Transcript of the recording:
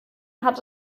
hat